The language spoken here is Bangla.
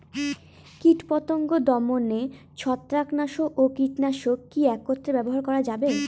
কীটপতঙ্গ দমনে ছত্রাকনাশক ও কীটনাশক কী একত্রে ব্যবহার করা যাবে?